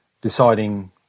deciding